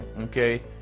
okay